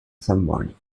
someone